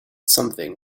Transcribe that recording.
something